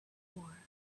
ore